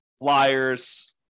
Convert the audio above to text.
flyers